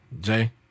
Jay